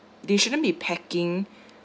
they shouldn't be packing